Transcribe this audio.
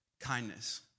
kindness